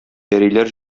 пәриләр